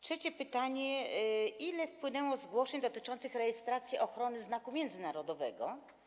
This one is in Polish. Trzecie pytanie: Ile wpłynęło zgłoszeń dotyczących rejestracji ochrony znaku międzynarodowego?